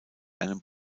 einem